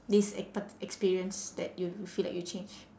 this e~ part~ experience that you feel like you change